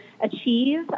achieve